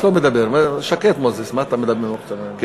מוזס לא מדבר, הוא שקט, מוזס, מה אתה, כן?